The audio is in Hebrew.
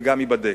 וגם ייבדק.